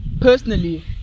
personally